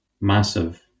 massive